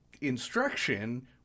instruction